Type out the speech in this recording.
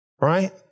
right